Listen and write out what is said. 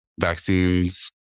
Vaccines